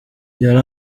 yari